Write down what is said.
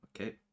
Okay